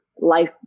life